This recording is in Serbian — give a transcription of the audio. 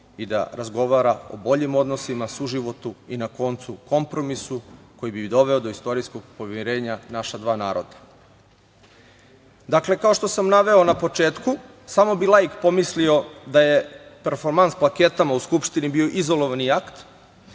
i da razgovara o boljim odnosima, suživotu i, na koncu, kompromisu koji bi doveo do istorijskog pomirenja naša dva naroda. Dakle, kao što sam naveo na početku samo bi laik pomislio da je performans plaketama u Skupštini bio izolovani akt.